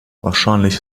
wahrscheinlich